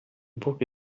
burg